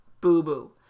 boo-boo